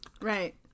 Right